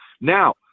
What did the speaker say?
Now